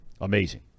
Amazing